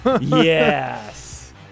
Yes